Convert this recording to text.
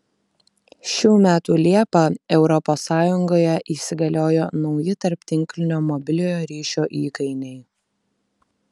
šių metų liepą europos sąjungoje įsigaliojo nauji tarptinklinio mobiliojo ryšio įkainiai